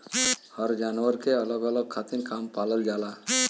हर जानवर के अलग अलग काम खातिर पालल जाला